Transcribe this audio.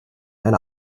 eine